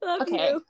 Okay